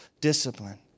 discipline